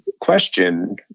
question